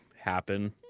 happen